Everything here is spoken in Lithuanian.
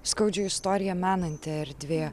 skaudžią istoriją menanti erdvė